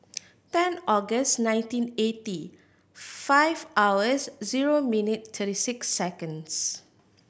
ten August nineteen eighty five hours zero minute and thirty six seconds